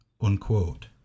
unquote